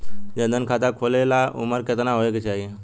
जन धन खाता खोले ला उमर केतना होए के चाही?